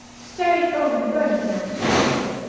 staring over the burning match at the door,